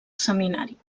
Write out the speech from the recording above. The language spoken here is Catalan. seminari